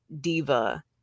diva